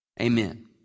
Amen